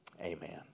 Amen